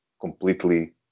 completely